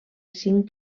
cinc